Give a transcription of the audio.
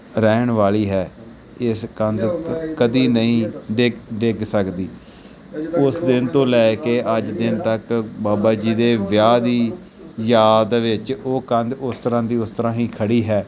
ਰਹਿਣ ਵਾਲੀ ਹੈ ਇਸ ਕੰਧ ਕਦੇ ਨਹੀਂ ਡਿੱਗ ਡਿੱਗ ਸਕਦੀ ਉਸ ਦਿਨ ਤੋਂ ਲੈ ਕੇ ਅੱਜ ਦਿਨ ਤੱਕ ਬਾਬਾ ਜੀ ਦੇ ਵਿਆਹ ਦੀ ਯਾਦ ਵਿੱਚ ਉਹ ਕੰਧ ਉਸ ਤਰ੍ਹਾਂ ਦੀ ਉਸ ਤਰ੍ਹਾਂ ਹੀ ਖੜ੍ਹੀ ਹੈ